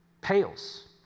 Pales